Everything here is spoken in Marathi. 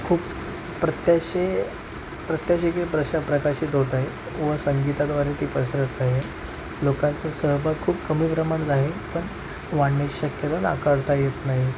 खूप प्रत्याशे प्रत्याशे किंवा प्रशा प्रकाशित होत आहे व संगीताद्वारे ती पसरत आहे लोकांचा सहभाग खूप कमी प्रमाणात आहे पण वाढण्याची शक्यता नाकारता येत नाही